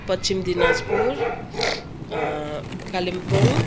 Paschim Dinajpur Kalimpong